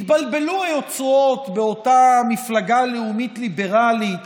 התבלבלו היוצרות באותה מפלגה לאומית ליברלית